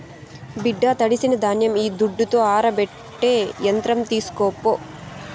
బిడ్డా తడిసిన ధాన్యం ఈ దుడ్డుతో ఆరబెట్టే యంత్రం తీస్కోపో